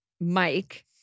Mike